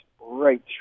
right